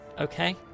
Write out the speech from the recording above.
okay